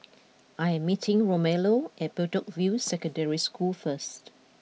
I am meeting Romello at Bedok View Secondary School first